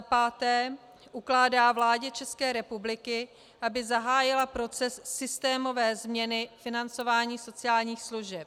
5. ukládá vládě České republiky, aby zahájila proces systémové změny financování sociálních služeb.